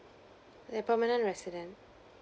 they're permanent resident